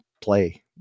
play